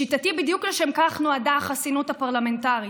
לשיטתי, בדיוק לשם כך נועדה החסינות הפרלמנטרית.